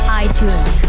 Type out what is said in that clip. itunes